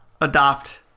adopt